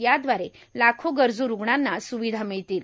ज्याद्वारे लाखो गरजू रूग्णांना सुविधा मिळतील